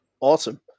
Awesome